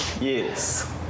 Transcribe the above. Yes